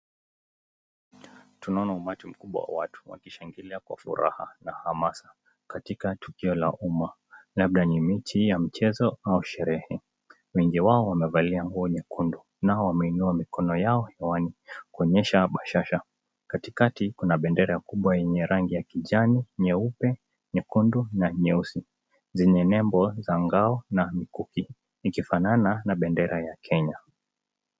Tunaona umati mkubwa wa watu wakishangilia kwa furaha na hamasa katika tukio la umma labda ni mechi ya mchezo au sherehe. Wengi wao wamevalia nguo nyekundu nao wameinua mikono yao ewani kuonesha bashasha katika kuna bendera kubwa lenye rangi ya kijani, nyeupe, nyekundu na nyeusi . Zenye nebo za ngao na mkuki ikifanana na bendera ya kenya.